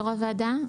יו"ר הוועדה,